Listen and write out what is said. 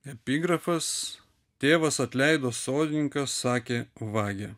epigrafas tėvas atleido sodininką sakė vagia